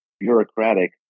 bureaucratic